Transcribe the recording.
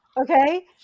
Okay